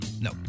no